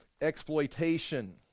exploitation